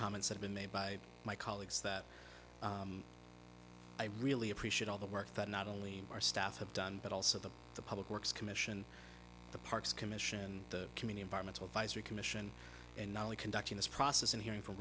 comments have been made by my colleagues that i really appreciate all the work that not only our staff have done but also the the public works commission the parks commission the commune environmental visor commission and not only conducting this process and hearing from